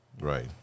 right